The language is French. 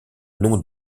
nom